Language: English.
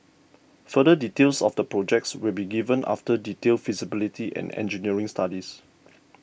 further details of the projects will be given after detailed feasibility and engineering studies